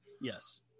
yes